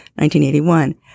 1981